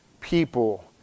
people